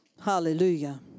Hallelujah